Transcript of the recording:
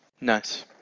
Nice